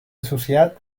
associat